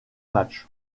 match